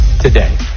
today